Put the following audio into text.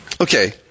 okay